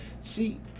see